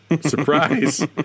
surprise